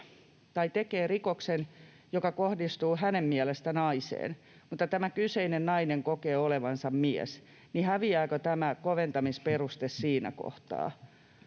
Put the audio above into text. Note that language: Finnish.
x tekee rikoksen, joka kohdistuu hänen mielestään naiseen, mutta tämä kyseinen nainen kokee olevansa mies, niin häviääkö tämä koventamisperuste siinä kohtaa?